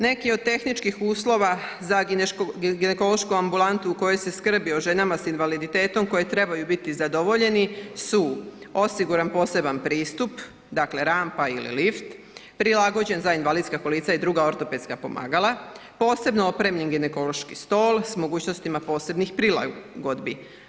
Neki od tehničkih uvjeta za ginekološku ambulantu u kojoj se skrbi o ženama s invaliditetom koje trebaju biti zadovoljeni su osiguran poseban pristup, dakle rampa ili lift prilagođen za invalidska kolica i druga ortopedska pomagala, posebno opremljen ginekološki stol s mogućnostima posebnih prilagodni.